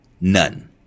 None